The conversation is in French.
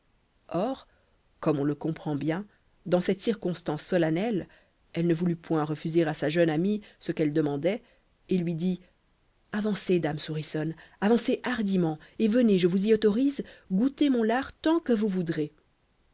or comme on le comprend bien dans cette circonstance solennelle elle ne voulut point refuser à sa jeune amie ce qu'elle demandait et lui dit avancez dame souriçonne avançez hardiment et venez je vous y autorise goûter mon lard tant que vous voudrez